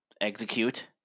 Execute